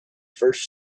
first